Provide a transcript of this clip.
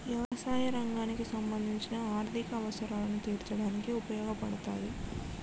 యవసాయ రంగానికి సంబంధించిన ఆర్ధిక అవసరాలను తీర్చడానికి ఉపయోగపడతాది